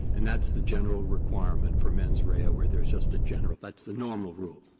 and that's the general requirement for mens rea where there's just a general that's the normal rule,